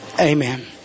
amen